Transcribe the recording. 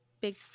big